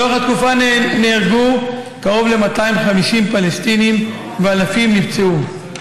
לאורך התקופה נהרגו קרוב ל-250 פלסטינים ואלפים נפצעו.